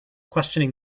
questioning